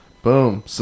Boom